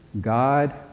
God